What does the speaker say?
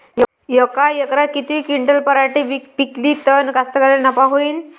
यका एकरात किती क्विंटल पराटी पिकली त कास्तकाराइले नफा होईन?